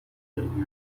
دادی